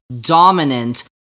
dominant